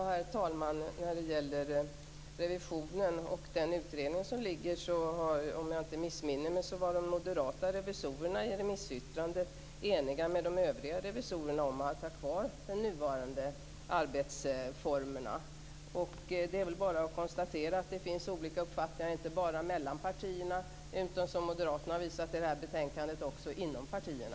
Herr talman! När det gäller revisionen och den liggande utredningen var, om jag inte missminner mig, de moderata revisorerna i remissyttrandet eniga med de övriga revisorerna om att ha kvar de nuvarande arbetsformerna. Det är väl bara att konstatera att det finns olika uppfattningar inte bara mellan partierna utan också, som moderaterna har visat i det här betänkandet, inom partierna.